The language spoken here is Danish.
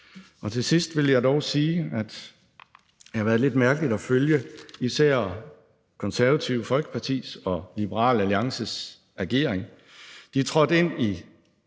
Til sidst vil jeg dog sige, at det har været lidt mærkeligt at følge især Det Konservative Folkepartis og Liberal Alliances ageren. De trådte ind i